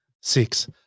six